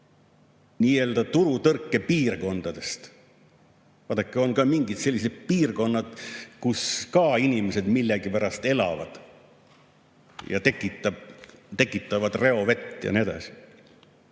nii-öelda turutõrkepiirkondadest. Vaadake, on ka mingid sellised piirkonnad, kus ka inimesed millegipärast elavad ja tekitavad reovett ja nii edasi.